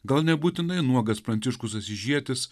gal nebūtinai nuogas pranciškus asyžietis